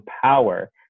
power